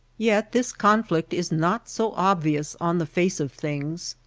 yet this conflict is not so obvious on the face of things.